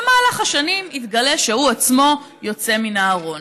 במהלך השנים יתגלה שהוא עצמו יוצא מן הארון.